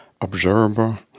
observer